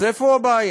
אז מה הבעיה?